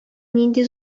нинди